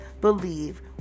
believe